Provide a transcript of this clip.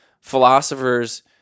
philosophers